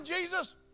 Jesus